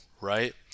right